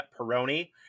Peroni